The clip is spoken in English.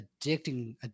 addicting